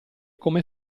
come